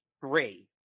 Three